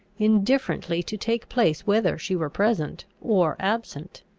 indifferently to take place whether she were present or absent.